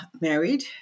married